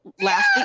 last